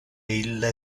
ille